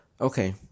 okay